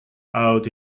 out